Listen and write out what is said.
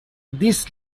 this